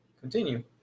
Continue